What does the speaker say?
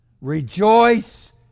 Rejoice